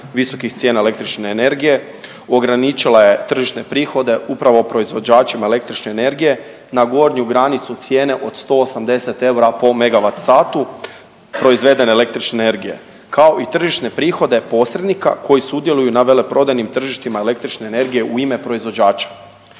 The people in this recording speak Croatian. visokih cijena električne energije ograničila je tržišne prihode upravo proizvođačima električne energije na gornju granicu cijene od 180 eura po megavat satu proizvedene električne energije, kao i tržišne prihode posrednika koji sudjeluju na veleprodajnim tržištima električne energije u ime proizvođača.